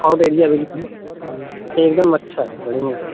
out area भी एकदम अच्छा है बढ़िया